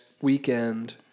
weekend